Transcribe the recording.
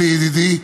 אלי ידידי,